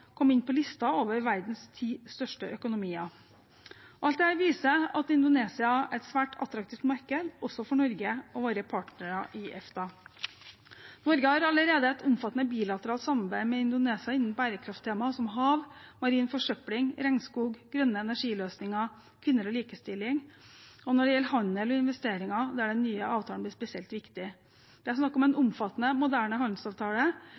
inn på listen over verdens ti største økonomier. Alt dette viser at Indonesia er et svært attraktivt marked, også for Norge og våre partnere i EFTA. Norge har allerede et omfattende bilateralt samarbeid med Indonesia innen bærekrafttema som hav, marin forsøpling, regnskog, grønne energiløsninger, kvinner og likestilling og når det gjelder handel og investeringer, der den nye avtalen blir spesielt viktig. Det er snakk om en